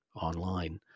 online